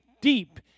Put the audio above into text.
deep